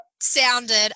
sounded